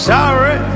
Sorry